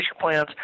plans